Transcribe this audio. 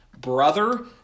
brother